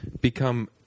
become